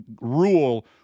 rule